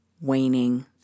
Waning